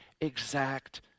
exact